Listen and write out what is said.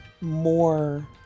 more